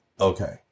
Okay